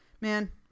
Man